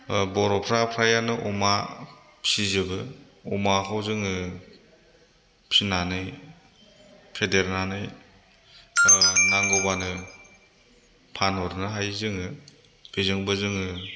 ओ बर'फ्रा फ्रायानो अमा फिजोबो अमाखौ जोङो फिनानै फेदेरनानै ओ नांगौब्लानो फानहरनो हायो जोङो बेजोंबो जोङो